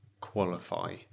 qualify